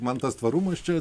man tas tvarumas čia